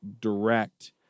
direct